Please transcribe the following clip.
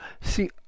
See